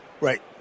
Right